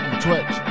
Twitch